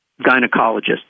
gynecologist